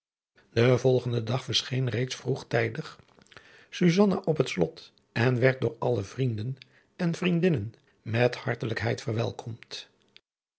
den volgenden dag verscheen reeds vroegtijdig susanna op het slot en werd door alle de vrienden en vriendinnen met hartelijkheid verwelkomd